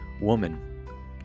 woman